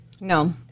no